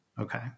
Okay